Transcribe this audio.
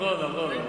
נכון.